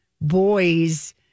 boys